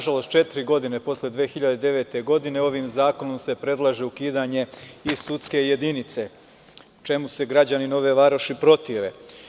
Četiri godine posle 2009. godine ovim zakonom se predlaže ukidanje i sudske jedinice, čemu se građani Nove Varoši protive.